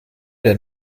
der